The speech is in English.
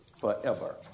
forever